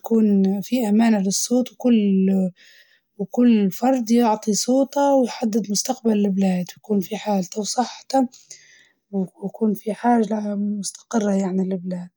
هيبقى عندنا الحج نختاروا الأنسب من اللي قاجعدين.